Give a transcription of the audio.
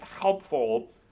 helpful